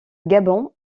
gabon